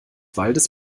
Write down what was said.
waldes